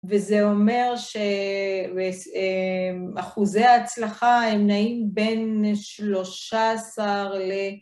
וזה אומר שאחוזי ההצלחה הם נעים בין 13 ל...